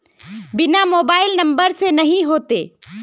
बिना mobile number से नहीं होते?